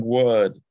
word